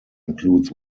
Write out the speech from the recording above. includes